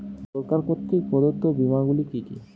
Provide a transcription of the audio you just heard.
সরকার কর্তৃক প্রদত্ত বিমা গুলি কি কি?